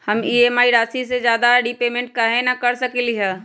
हम ई.एम.आई राशि से ज्यादा रीपेमेंट कहे न कर सकलि ह?